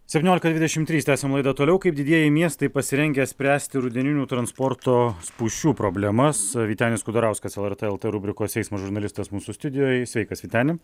septyniolika dvidešimt trys tęsiam laidą toliau kaip didieji miestai pasirengę spręsti rudeninių transporto spūsčių problemas vytenis kudarauskas lrt lt rubrikos eismo žurnalistas mūsų studijoje sveikas vyteni